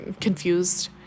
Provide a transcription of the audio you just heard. confused